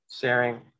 sharing